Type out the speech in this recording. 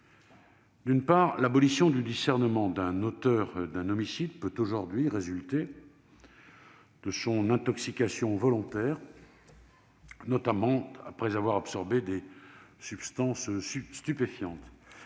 D'une part, l'abolition du discernement de l'auteur d'un homicide peut aujourd'hui résulter de son intoxication volontaire, notamment après l'absorption de substances stupéfiantes.